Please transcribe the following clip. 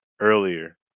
earlier